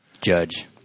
judge